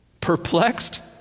Perplexed